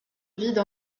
vide